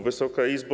Wysoka Izbo!